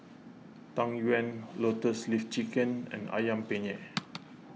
Tang Yuen Lotus Leaf Chicken and Ayam Penyet